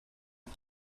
are